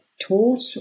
taught